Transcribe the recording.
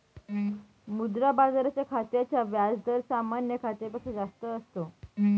मुद्रा बाजाराच्या खात्याचा व्याज दर सामान्य खात्यापेक्षा जास्त असतो